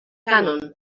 cànon